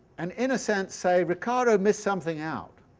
and in a sense say ricardo missed something out